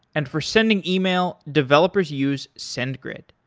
and for sending email developers use sendgrid.